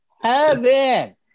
Heaven